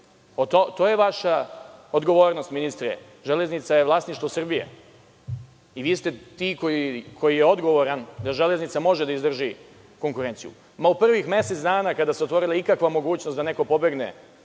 To je vaša odgovornost ministre. „Železnica“ je vlasništvo Srbije i vi ste ti koji ste odgovorni da „Železnica“ može da izdrži konkurenciju.U prvih mesec dana kada se otvorila ikakva mogućnost da neko pobegne